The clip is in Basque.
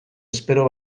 espero